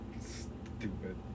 stupid